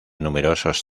numerosos